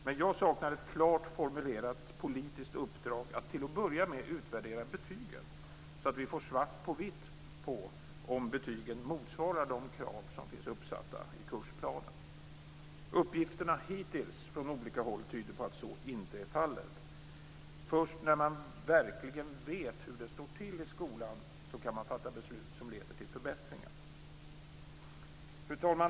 Men jag saknar ett klart formulerat politiskt uppdrag att till att börja med utvärdera betygen, så att vi får svart på vitt om betygen motsvarar de krav som finns uppsatta i kursplanen. Uppgifter från olika håll tyder på att hittills så inte är fallet. Först när man verkligen vet hur det står till i skolan kan man fatta beslut som leder till förbättringar.